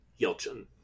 Yelchin